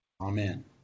Amen